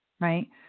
right